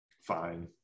fine